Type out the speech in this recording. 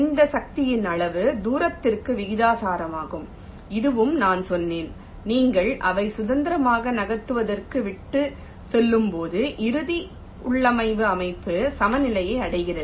இந்த சக்தியின் அளவு தூரத்திற்கு விகிதாசாரமாகும் இதுவும் நான் சொன்னேன் நீங்கள் அவை சுதந்திரமாக நகர்த்துவதற்கு விட்டுச் செல்லும்போது இறுதி உள்ளமைவு அமைப்பு சமநிலையை அடைகிறது